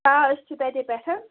آ أسۍ چھِ تَتے پٮ۪ٹھ